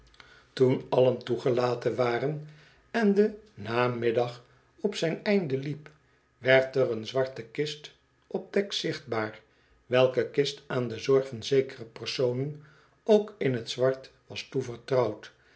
toen allen toegelaten waren en de namiddag op zijn einde liep werd er een zwarte kist op dek zichtbaar welke kist aan de zorg van zekere personen ook in t zwart was toevertrouwd